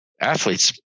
athletes